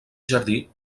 jardí